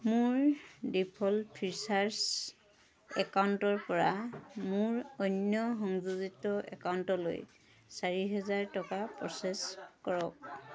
মোৰ default Freecharge একাউণ্টৰ পৰা মোৰ অন্য সংযোজিত একাউণ্টলৈ চাৰি হেজাৰ টকা প্ৰ'চেছ কৰক